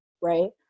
right